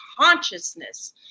consciousness